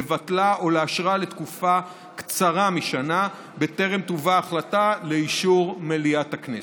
לבטלה או לאשרה לתקופה הקצרה משנה בטרם תובא ההחלטה לאישור מליאת הכנסת.